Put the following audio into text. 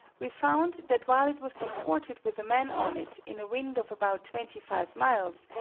we found that while it was supported with a man on it in a wind of about twenty five miles,